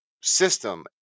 system